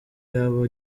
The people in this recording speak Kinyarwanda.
yaba